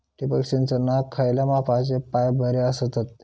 ठिबक सिंचनाक खयल्या मापाचे पाईप बरे असतत?